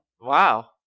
Wow